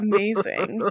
Amazing